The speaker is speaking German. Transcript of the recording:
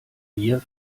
wir